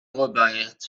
robert